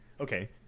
okay